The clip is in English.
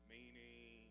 Meaning